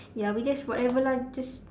ya we just whatever lah just